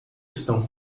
estão